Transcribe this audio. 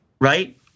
right